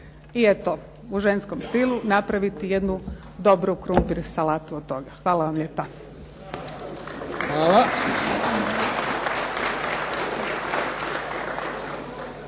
I eto u ženskom stilu napraviti jednu dobru krumpir salatu od toga. Hvala vam lijepa.